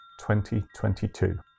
2022